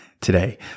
today